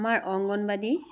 আমাৰ অংগনবাদী